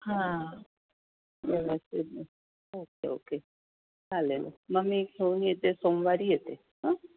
हां व्यवस्थित okay okay चालेल मग मी घेऊन येते सोमवारी येते हं